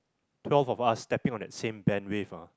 twelve of us stepping on that same bandwidth ah